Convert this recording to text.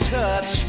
touch